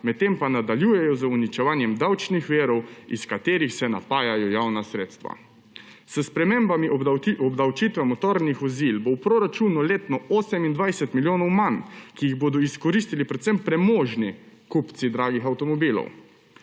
medtem pa nadaljujemo z uničevanjem davčnih virov, iz katerih se napajajo javna sredstva. S spremembami obdavčitev motornih vozil bo v proračunu letno 28 milijonov manj, ki jih bodo izkoristili predvsem premožni kupci dragih avtomobilov.